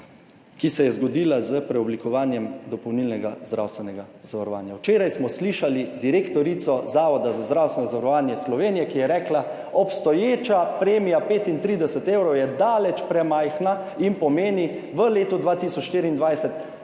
ki se je zgodila s preoblikovanjem dopolnilnega zdravstvenega zavarovanja? Včeraj smo slišali direktorico Zavoda za zdravstveno zavarovanje Slovenije, ki je rekla: "Obstoječa premija 35 evrov je daleč premajhna in pomeni v letu 2024